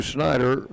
Snyder